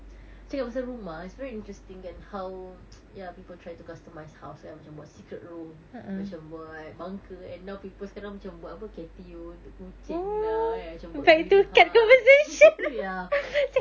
cakap pasal rumah it's very interesting kan how ya people try to customise house kan macam buat secret room macam buat bunker and now people sekarang macam buat apa catio untuk kucing lah eh macam buat hub ya